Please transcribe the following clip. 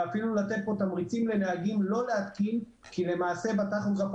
ואפילו לתת פה תמריצים לנהגים לא להתקין כי למעשה בטכוגרף